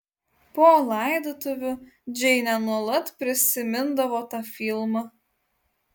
po laidotuvių džeinė nuolat prisimindavo tą filmą